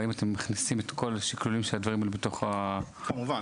האם אתם מכניסים את כל השקלולים של הדברים האלו בתוך ה- כמובן,